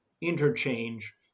interchange